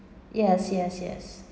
yes yes yes